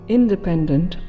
independent